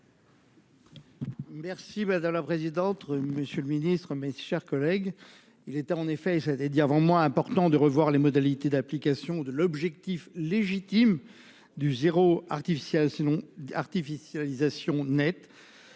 Merci madame la présidente. Monsieur le Ministre, mes chers collègues. Il était en effet j'avais dit avant moi important de revoir les modalités d'application de l'objectif légitime du zéro artificiel sinon